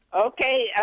Okay